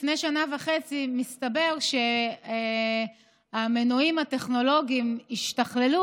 לפני שנה וחצי הסתבר שהמנועים הטכנולוגיים השתכללו,